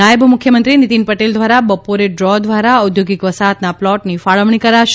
નાયબ મુખ્યમંત્રી નિતીન પટેલ દ્વારા બપોરે ડ્રો દ્વારા ઓદ્યોગિક વસાહતના પ્લોટની ફાળવણી કરાશે